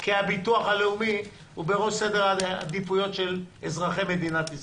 כי הביטוח הלאומי הוא בראש סדר העדיפויות של אזרחי מדינת ישראל.